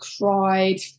cried